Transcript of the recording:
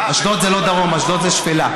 אשדוד זה לא דרום, אשדוד זה שפלה.